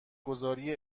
گذاری